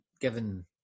given